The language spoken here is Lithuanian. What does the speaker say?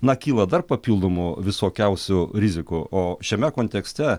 na kyla dar papildomų visokiausių rizikų o šiame kontekste